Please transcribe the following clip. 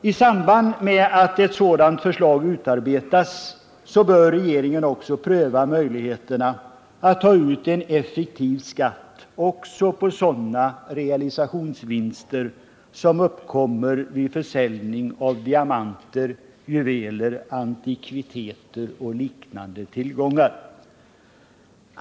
I samband med att ett sådant förslag utarbetas bör regeringen också pröva möjligheterna att ta ut en effektiv skatt också på sådana realisationsvinster som uppkommer vid försäljning av diamanter, juveler, antikviteter och liknande tillgångar.